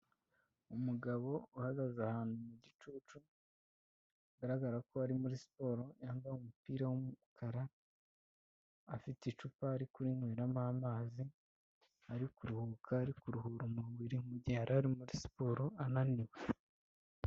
Umugabo uhagaze ahantu mu gicucu bigaragara ko ari muri siporo. Yambaye umupira w'umukara, afite icupari ari kurinyweramo amazi, ari kuruhuka ari kuruhura umubiri mu gihe yari ari muri siporo ananiwe.